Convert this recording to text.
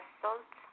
salt